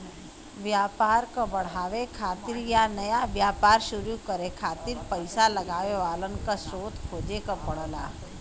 व्यापार क बढ़ावे खातिर या नया व्यापार शुरू करे खातिर पइसा लगावे वालन क स्रोत खोजे क पड़ला